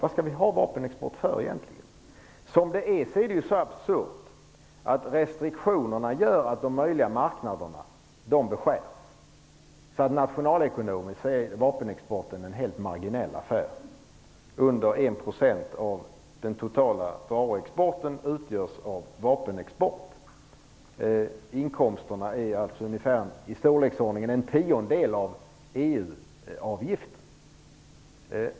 Varför skall vi egentligen ha vapenexport? Det är nu så absurt att restriktionerna gör att möjliga marknader beskärs. Nationalekonomiskt är därför vapenexporten en helt marginell affär. Mindre än 1 % Inkomsterna är alltså på ett ungefär i storleksordningen en tiondel av EU-avgiften.